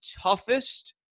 toughest